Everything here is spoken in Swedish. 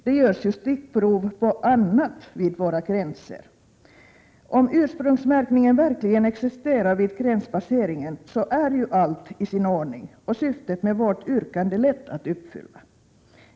Det tas ju stickprov på annat vid våra gränser. Om ursprungsmärkningen verkligen existerar vid gränspasseringen, är ju allt i sin ordning och syftet med vårt yrkande lätt att uppfylla.